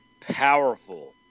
powerful